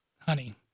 honey